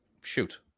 Shoot